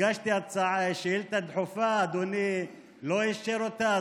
הגשתי שאילתה דחופה ואדוני לא אישר אותה,